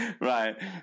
right